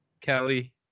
Kelly